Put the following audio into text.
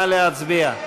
נא להצביע.